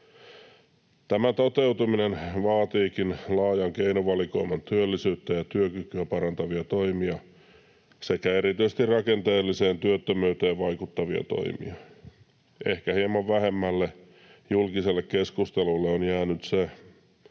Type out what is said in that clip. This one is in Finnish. Tämän toteutuminen vaatiikin laajan keinovalikoiman työllisyyttä ja työkykyä parantavia toimia sekä erityisesti rakenteelliseen työttömyyteen vaikuttavia toimia. Ehkä hieman vähemmälle julkiselle keskustelulle on jäänyt se,